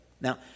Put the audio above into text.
Now